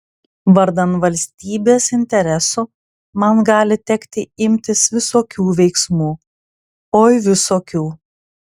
vardan valstybės interesų man gali tekti imtis visokių veiksmų oi visokių